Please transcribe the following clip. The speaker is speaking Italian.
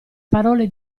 parole